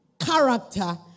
character